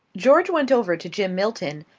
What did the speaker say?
george went over to jim milton,